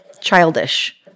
childish